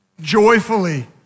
joyfully